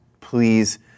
please